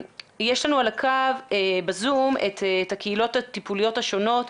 יש לנו בזום את הקהילות הטיפוליות השונות,